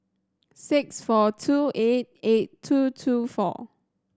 six four two eight eight two two four